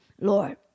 Lord